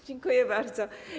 Dziękuję bardzo.